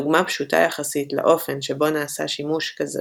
דוגמה פשוטה יחסית לאופן שבו נעשה שימוש כזה